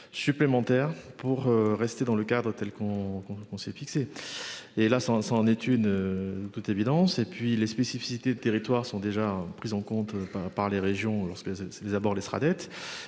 Supplémentaires pour rester dans le cadre telle qu'on s'est fixé et là sans sans en une. Toute évidence et puis les spécificités des territoires sont déjà prises en compte par par les régions. C'est d'abord laissera dettes